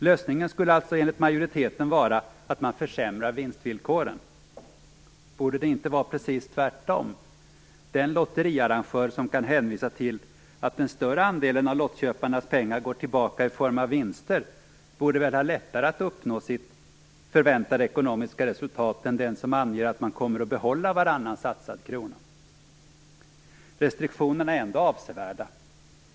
Lösningen skulle alltså, enligt majoriteten, vara att man försämrar vinstvillkoren. Borde det inte vara precis tvärtom? Den lotteriarrangör som kan hänvisa till att den större andelen av lottköparnas pengar går tillbaka i form av vinster borde väl ha lättare att uppnå sitt förväntade ekonomiska resultat än den som anger att man kommer att behålla varannan satsad krona. Restriktionerna är ändå avsevärda.